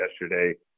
yesterday